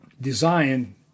design